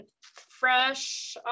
fresh